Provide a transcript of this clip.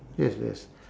yes yes